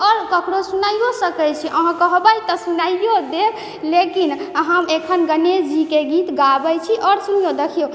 आओर ककरो सुनाइयो सकय छी अहाँ कहबय तऽ सुनाइयो देब लेकिन अहाँ एखन गणेश जीके गीत गाबय छी आओर सुनियौ देखियौ